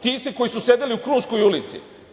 Ti isti koji su sedeli u Krunskoj ulici.